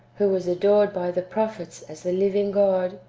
who was adored by the prophets as the living god,